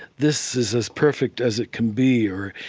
this is as perfect as it can be. or,